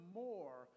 more